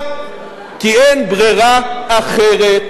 אחריו,